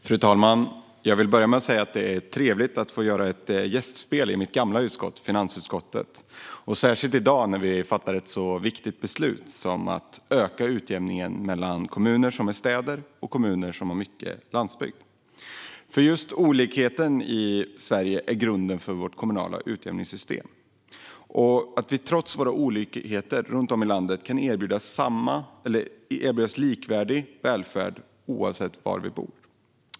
Fru talman! Jag vill börja med att säga att det är trevligt att få göra ett gästspel i mitt gamla utskott, finansutskottet, särskilt i dag när vi fattar ett så viktigt beslut som det om att öka utjämningen mellan kommuner som är städer och kommuner som har mycket landsbygd. Just olikheterna i Sverige är nämligen grunden för vårt kommunala utjämningssystem. Trots våra olikheter runt om i landet ska vi kunna erbjudas likvärdig välfärd oavsett var vi bor.